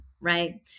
right